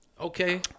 Okay